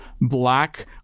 black